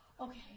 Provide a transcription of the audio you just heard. Okay